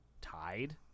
tied